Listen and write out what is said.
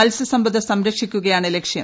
മത്സ്യസമ്പത്ത് സംരക്ഷിക്കുകയാണ് ലക്ഷ്യം